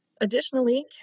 Additionally